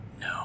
no